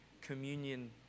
communion